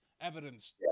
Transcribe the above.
Evidence